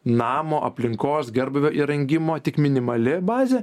namo aplinkos gerbūvio įrengimo tik minimali bazė